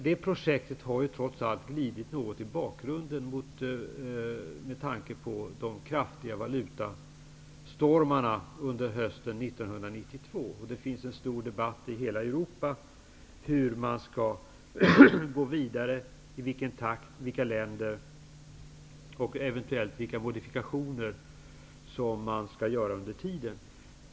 Det projektet har trots allt glidit något i bakgrunden efter de kraftiga valutastormarna under hösten 1992. Det förs i hela Europa en stor debatt om hur man skall gå vidare -- i vilken takt det skall ske, vilka länder som berörs och eventuellt vilka modifikationer som man skall göra under tiden.